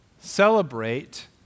celebrate